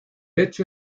hecho